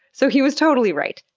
so he was totally right!